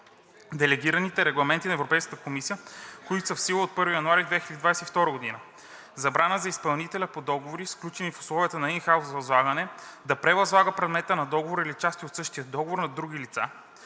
делегираните регламенти на Европейската комисия, които са в сила от 1 януари 2022 г.; забрана за изпълнителя по договори, сключени в условията на ин хаус възлагане, да превъзлага предмета на договора или части от същия договор на други лица;